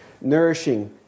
nourishing